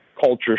culture